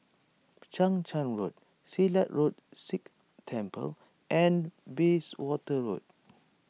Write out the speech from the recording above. Chang Charn Road Silat Road Sikh Temple and Bayswater Road